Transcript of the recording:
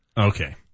Okay